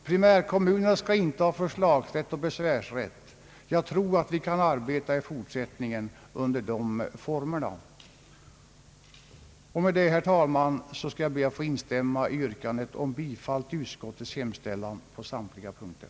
Primärkommunerna skall inte ha förslagsrätt och besvärsrätt. Jag tror att vi i fortsättningen kan arbeta med de formerna. Med detta, herr talman, skall jag be att få instämma i yrkandet om bifall till utskottets hemställan på samtliga punkter.